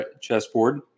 chessboard